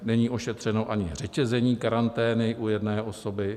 Není ošetřeno ani řetězení karantény u jedné osoby.